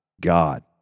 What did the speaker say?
God